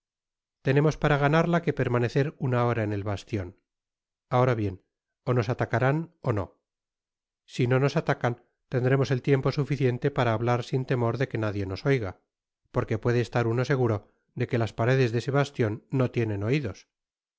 tenemos para ganarla que permanecer una hora en el bastion ahora bien ó nos atacarán ó no si no nos atacan tendremos tiempo suficiente para hablar sin temor de que nadie nos oiga porque puede estar uno seguro de que las paredes de ese bastion no tienen oidos